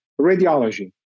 radiology